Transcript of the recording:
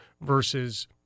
versus